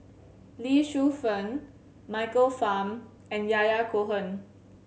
Lee Shu Fen Michael Fam and Yahya Cohen